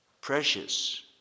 Precious